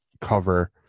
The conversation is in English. cover